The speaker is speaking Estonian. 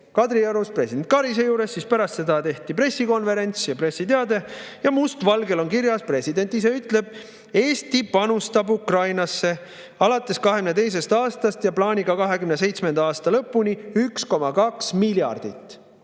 Kadriorus president Karise juures, siis pärast seda tehti pressikonverents ja [ilmus] pressiteade. Must valgel on kirjas, president ise ütleb: Eesti panustab Ukrainasse alates 2022. aastast ja plaaniga 2027. aasta lõpuni 1,2 miljardit.